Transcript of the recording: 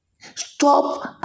Stop